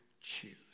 choose